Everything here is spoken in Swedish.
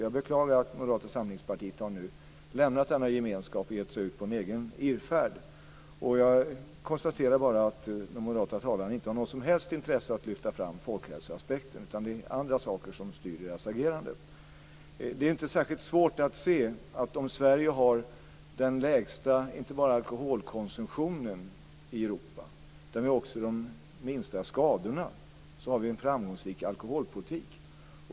Jag beklagar att Moderata samlingspartiet nu har lämnat denna gemenskap och gett sig ut på en egen irrfärd. Jag konstaterar bara att de moderata talarna inte har något som helst intresse av att lyfta fram folkhälsoaspekten, utan det är andra saker som styr deras agerande. Det är inte särskilt svårt att se att om Sverige har inte bara den lägsta alkoholkonsumtionen i Europa utan också de minsta skadorna så har vi en framgångsrik alkoholpolitik.